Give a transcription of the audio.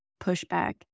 pushback